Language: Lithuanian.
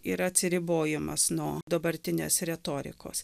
yra atsiribojimas nuo dabartinės retorikos